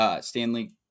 Stanley